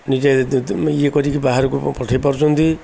ନିଜେ ଇଏ କରିକି ବାହାରକୁ ପଠେଇ ପାରୁଛନ୍ତି